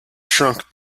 shrunk